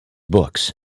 books